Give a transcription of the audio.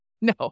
No